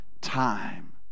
time